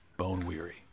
bone-weary